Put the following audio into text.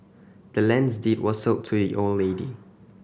the land's deed was sold to the old lady